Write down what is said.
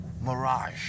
mirage